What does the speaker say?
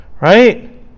Right